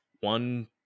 one